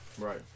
right